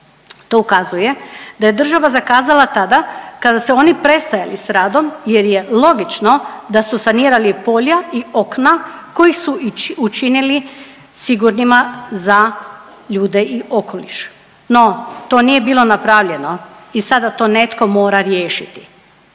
To ukazuje da je država zakazala tada kada se su oni prestajali sa radom, jer je logično da su sanirali polja i okna koji su ih učinili sigurnima za ljude i okoliš. No, to nije bilo napravljeno i sada to netko mora riješiti.